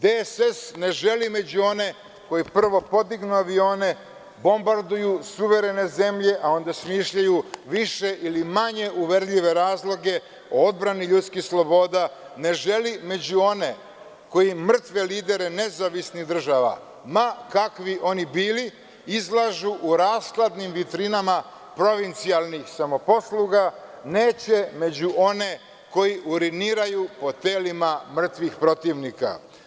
Demokratska stranka Srbije ne želi među one koji prvo podignu avione, bombarduju suverene zemlje, a onda smišljaju više ili manje uverljive razloge o odbrani ljudskih sloboda, ne želi među one koji mrtve lidere nezavisnih država, ma kakvi oni bili, izlažu u rashladnim vitrinama provincijalnih samoposluga, neće među one koji uriniraju po telima mrtvih protivnika.